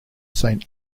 saint